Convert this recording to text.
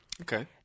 Okay